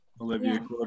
Olivia